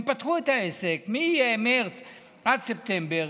הם פתחו את העסק ממרץ עד ספטמבר,